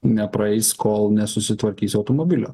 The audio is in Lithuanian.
nepraeis kol nesusitvarkys automobilio